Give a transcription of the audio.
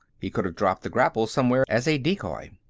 he could have dropped the grapples somewhere as a decoy.